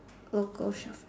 local shop